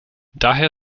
daher